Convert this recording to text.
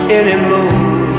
anymore